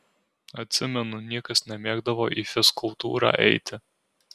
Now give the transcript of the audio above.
atsimenu niekas nemėgdavo į fizkultūrą eiti